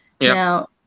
Now